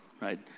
Right